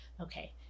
Okay